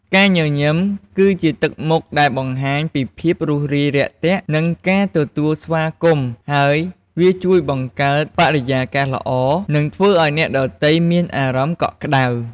ការញញឹម គឺជាទឹកមុខដែលបង្ហាញពីភាពរួសរាយរាក់ទាក់ និងការទទួលស្វាគមន៍ ហើយវាជួយបង្កើតបរិយាកាសល្អ និងធ្វើឲ្យអ្នកដទៃមានអារម្មណ៍កក់ក្តៅ។